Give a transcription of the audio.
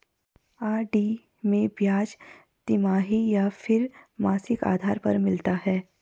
RD में ब्याज तिमाही या फिर मासिक आधार पर मिलता है?